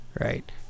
right